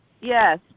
Yes